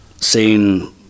seen